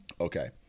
Okay